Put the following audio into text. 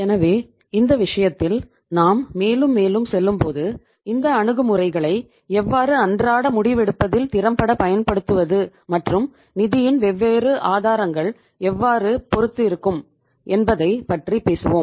எனவே இந்த விஷயத்தில் நாம் மேலும் மேலும் செல்லும்போது இந்த அணுகுமுறைகளை எவ்வாறு அன்றாட முடிவெடுப்பதில் திறம்பட பயன்படுத்துவது மற்றும் நிதியின் வெவ்வேறு ஆதாரங்கள் எவ்வாறு பொறுத்து இருக்கும் என்பதைப் பற்றி பேசுவோம்